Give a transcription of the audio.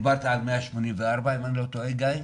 דיברת על 184 אם אני לא טועה, גיא.